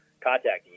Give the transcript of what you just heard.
contacting